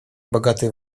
богатые